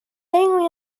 mainly